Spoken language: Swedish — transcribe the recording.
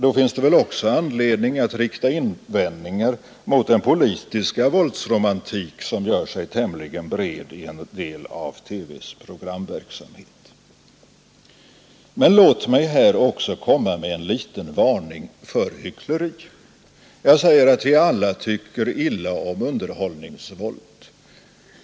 Då finns det väl också anledning att rikta invändningar mot den politiska våldsromantik som gör sig tämligen bred i en del av TV:s programverksamhet. Men låt mig här också komma med en liten varning för hyckleri. Jag säger att vi alla tycker illa om underhållningsvåldet.